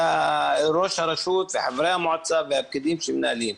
הרשות ולחברי המועצה ולפקידים שמנהלים.